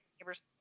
neighbors